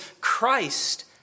Christ